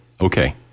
Okay